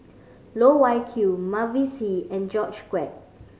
Loh Wai Kiew Mavis Hee and George Quek